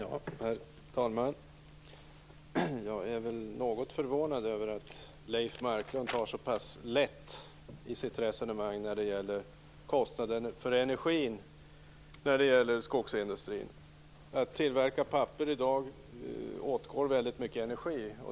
Herr talman! Jag är något förvånad över att Leif Marklund i sitt resonemang tar såpass lätt på kostnaden för energin när det gäller skogsindustrin. För att tillverka papper i dag åtgår det väldigt mycket energi.